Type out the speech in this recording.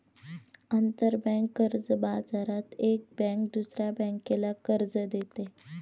आंतरबँक कर्ज बाजारात एक बँक दुसऱ्या बँकेला कर्ज देते